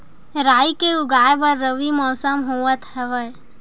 राई के उगाए बर रबी मौसम होवत हवय?